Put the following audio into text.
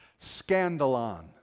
Scandalon